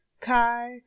Kai